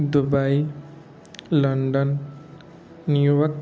Dubai London New York